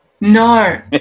No